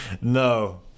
No